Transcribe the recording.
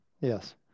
Yes